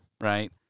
right